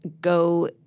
go